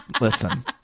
Listen